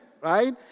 right